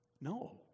No